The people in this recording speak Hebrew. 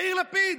יאיר לפיד.